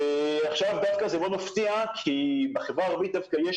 זה מאוד מפתיע כי בחברה הערבית יש,